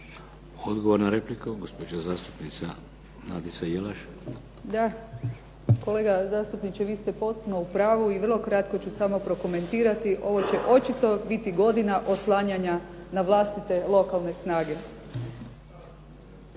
Odgovor na repliku, gospođa zastupnica Nadica Jelaš. **Jelaš, Nadica (SDP)** Da, kolega zastupniče vi ste potpuno u pravu. I vrlo kratko ću samo prokomentirati. Ovo će očito biti godina oslanjanja na vlastite lokalne snage.